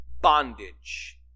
bondage